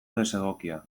desegokia